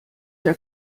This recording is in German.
der